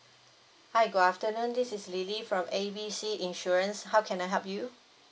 hi good afternoon this is lily from A B C insurance how can I help you